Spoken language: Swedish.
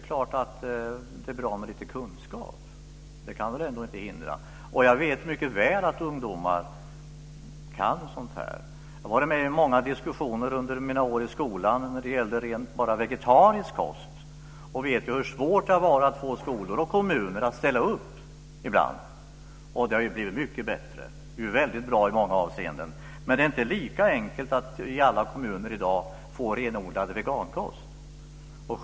Det kan väl inte vara något hinder? Jag vet mycket väl att ungdomar kan sådant här. Jag har under mina år i skolan varit med i många diskussioner när det gäller rent vegetarisk kost och vet hur svårt det ibland har varit att få skolor och kommuner att ställa upp. Det har blivit mycket bättre, och det är nu väldigt bra i många avseenden. Men det är inte lika enkelt i alla kommuner att införa ren vegankost i dag.